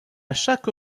chaque